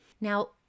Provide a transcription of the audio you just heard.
Now